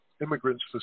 Immigrants